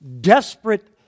desperate